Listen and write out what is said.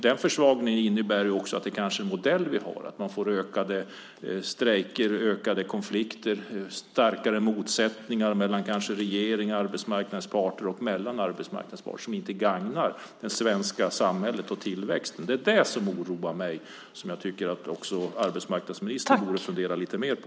Men försvagningen innebär också kanske att den modell vi har försvagas och vi får ökade strejker, ökade konflikter, starkare motsättningar mellan regeringar och arbetsmarknadsparter och mellan arbetsmarknadens parter, vilket inte gagnar det svenska samhället och tillväxten. Det är det som oroar mig och som jag tycker att också arbetsmarknadsministern borde fundera lite mer på.